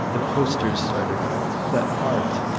the posters started growing. the art,